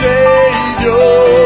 Savior